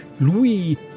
Louis